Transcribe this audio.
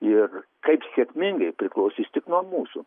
ir kaip sėkmingai priklausys tik nuo mūsų